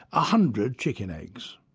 ah hundred chicken eggs.